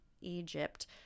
Egypt